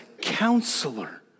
counselor